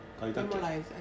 memorize